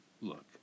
look